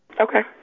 Okay